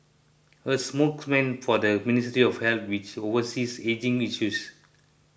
a spokesman for the Ministry of Health which oversees ageing issues